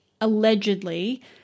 allegedly